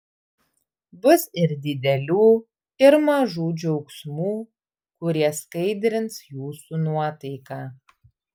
bus ir didelių ir mažų džiaugsmų kurie skaidrins jūsų nuotaiką